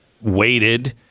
waited